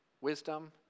wisdom